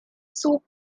soup